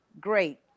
great